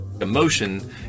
Emotion